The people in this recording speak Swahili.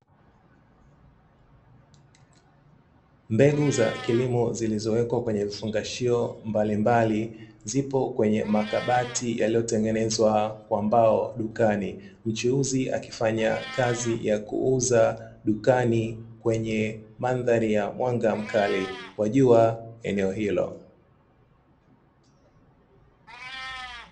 Mbegu za kilimo zilizowekwa kwenye vifungashio mbalimbali ,zipo kwenye makabati yaliyotengenezwa kwa mbao dukani ,mchuuzi akifanya kazi ya kuuza dukani kwenye mandhari ya mwanga mkali wa jua eneo hilo.